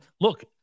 look